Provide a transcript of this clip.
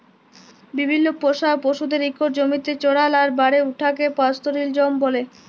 বিভিল্ল্য পোষা পশুদের ইকট জমিতে চরাল আর বাড়ে উঠাকে পাস্তরেলিজম ব্যলে